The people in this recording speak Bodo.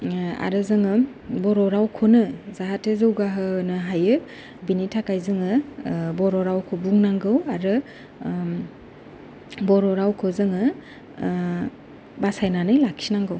आरो जोङो बर' रावखौनो जाहाथे जौगाहोनो हायो बिनि थाखाय जोङो बर' रावखौ बुंनांगौ आरो बर' रावखौ जोङो बासायनानै लाखिनांगौ